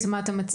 אז מה אתה מציע?